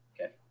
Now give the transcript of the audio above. Okay